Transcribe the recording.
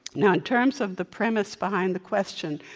now, in terms of the premise behind the question,